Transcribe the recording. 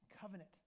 covenant